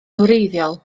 wreiddiol